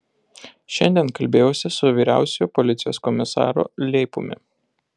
šiandien kalbėjausi su vyriausiuoju policijos komisaru leipumi